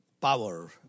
power